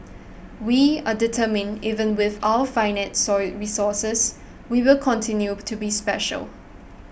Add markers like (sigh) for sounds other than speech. we are determined even with our finite (unintelligible) resources we will continue to be special